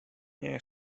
nie